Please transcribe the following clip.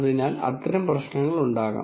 അതിനാൽ അത്തരം പ്രശ്നങ്ങൾ ഉണ്ടാകാം